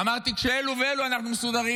אמרתי, כשאלו ואלו, אנחנו מסודרים.